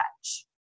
touch